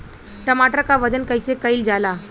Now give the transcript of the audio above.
टमाटर क वजन कईसे कईल जाला?